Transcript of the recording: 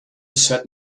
said